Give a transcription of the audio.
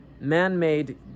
Man-made